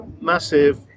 Massive